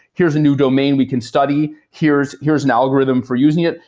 here's a new domain we can study, here's here's an algorithm for using it.